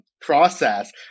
process